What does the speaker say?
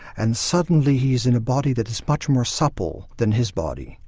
and suddenly he's in a body that is much more supple than his body.